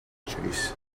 chase